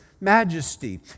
majesty